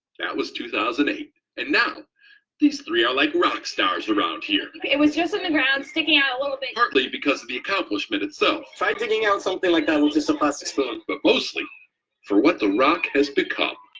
that was two thousand and eight, and now these three are like rock stars around here. it was just on the ground sticking out a little bit. partly because of the accomplishment itself try digging out something like that with just a plastic spoon but mostly for what the rock has become.